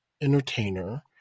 entertainer